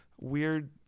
weird